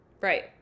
Right